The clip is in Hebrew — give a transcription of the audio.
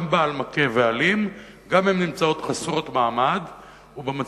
גם בעל מכה ואלים, גם הן נמצאות חסרות מעמד.